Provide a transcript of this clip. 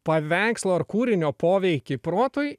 paveikslo ar kūrinio poveikį protui